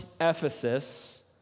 Ephesus